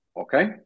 Okay